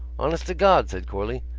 honest to god! said corley.